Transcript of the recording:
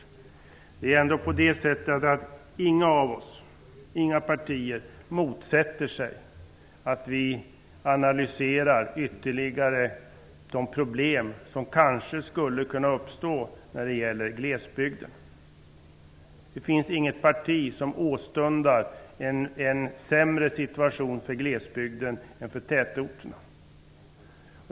Inget parti här motsätter sig ju att vi ytterligare analyserar de problem som skulle kunna uppstå när det gäller glesbygden. Inget parti åstundar en sämre situation för glesbygden jämfört med tätorterna.